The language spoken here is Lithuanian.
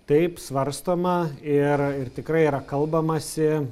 taip svarstoma ir ir tikrai yra kalbamasi